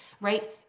Right